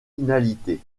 finalité